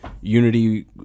Unity